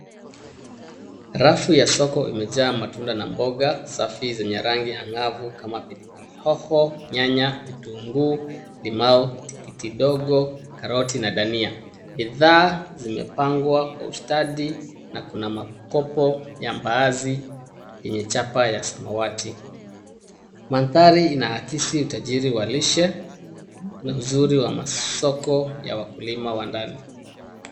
Rafu ya soko imejaa matunda na mboga safi zenye rangi angavu kama pilipili hoho, nyanya, vitunguu, limau, tikiti ndogo, karoti na dania. Bidhaa zimepangwa kwa ustadi na kuna makopo ya mbaazi yenye chapa ya samawati. Mandhari inaakisi utajiri wa lishe, na uzuri wa masoko ya wakulima wa ndani.